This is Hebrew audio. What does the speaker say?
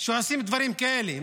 שעושים דברים כאלה,